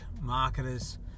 marketers